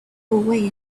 away